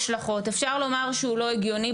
אפשר לומר שהוא לא הגיוני.